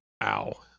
Ow